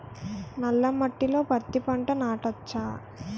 నల్ల మట్టిలో పత్తి పంట నాటచ్చా?